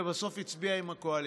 ובסוף הצביע עם הקואליציה.